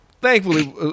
Thankfully